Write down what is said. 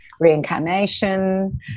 Reincarnation